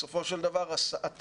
בסופו של דבר התל"ן